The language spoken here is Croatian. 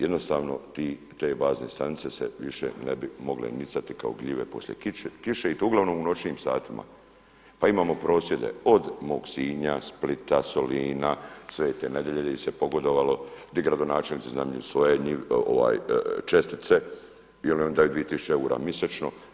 Jednostavno, te bazne stanice se više ne bi mogle nicati kao gljive poslije kiše i to uglavnom u noćnim satima, pa imamo prosvjede od mog Sinja, Splita, Solina, Svete Nedjelje gdje se pogodovalo gdje gradonačelnici … [[Govornik se ne razumije]] svoje čestice jer oni daju 2 tisuće eura mjesečno.